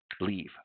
Leave